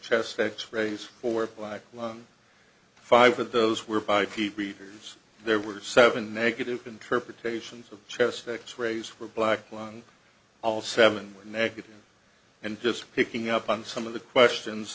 chest x rays for like one five of those were five years there were seven negative interpretations of chest x rays were black lung all seven negative and just picking up on some of the questions